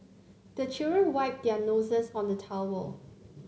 the children wipe their noses on the towel